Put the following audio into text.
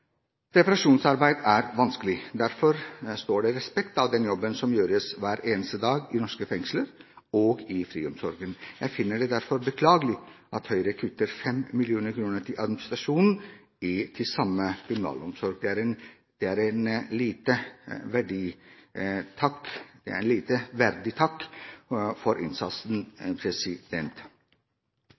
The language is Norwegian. Reparasjonsarbeid er vanskelig, derfor står det respekt av den jobben som gjøres hver eneste dag i norske fengsler og i friomsorgen. Jeg finner det derfor beklagelig at Høyre kutter 5 mill. kr til administrasjonen i den samme kriminalomsorgen. Det er en lite verdig takk for innsatsen.